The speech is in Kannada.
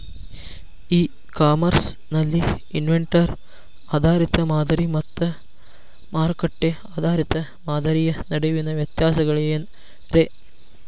ಇ ಕಾಮರ್ಸ್ ನಲ್ಲಿ ಇನ್ವೆಂಟರಿ ಆಧಾರಿತ ಮಾದರಿ ಮತ್ತ ಮಾರುಕಟ್ಟೆ ಆಧಾರಿತ ಮಾದರಿಯ ನಡುವಿನ ವ್ಯತ್ಯಾಸಗಳೇನ ರೇ?